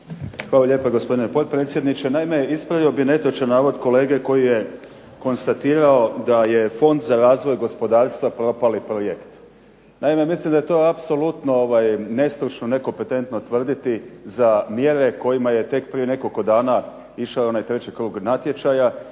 Hvala lijepa gospodine potpredsjedniče. Naime, ispravio bih netočan navod kolege koji je konstatirao da je Fond za razvoj gospodarstva propali projekt. Mislim da je to apsolutno nestručno, nekompetentno tvrditi za mjere kojima je tek prije nekoliko danas išao treći krug natječaja,